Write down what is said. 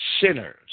sinners